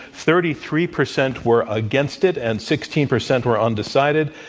thirty three percent were against it, and sixteen percent were undecided.